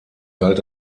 galt